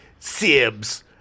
sibs